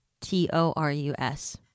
T-O-R-U-S